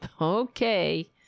Okay